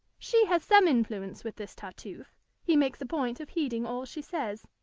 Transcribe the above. she has some influence with this tartuffe, he makes a point of heeding all she says,